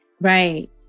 Right